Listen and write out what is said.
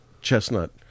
chestnut